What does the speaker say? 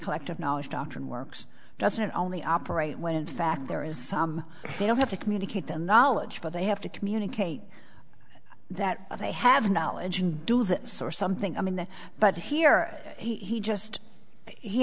collective knowledge doctrine works doesn't only operate when in fact there is some they don't have to communicate their knowledge but they have to communicate that they have knowledge and do the source something i mean but here he just he